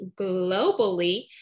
globally